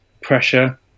pressure